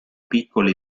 piccoli